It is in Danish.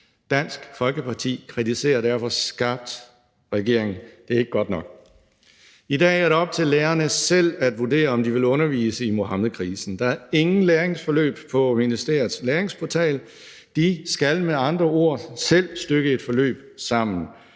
Dansk Folkeparti kritiserer derfor skarpt regeringen. Det er ikke godt nok. I dag er det op til lærerne selv at vurdere, om de vil undervise i Muhammedkrisen. Der er ingen læringsforløb på ministeriets læringsportal. De skal med andre ord selv stykke et forløb sammen.